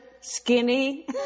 skinny